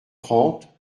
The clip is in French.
trente